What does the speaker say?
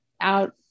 out